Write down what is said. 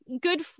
good